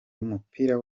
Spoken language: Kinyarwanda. w’umupira